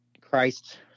Christ